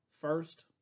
first